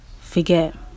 forget